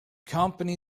company